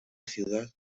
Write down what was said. ciudad